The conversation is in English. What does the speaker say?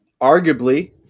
arguably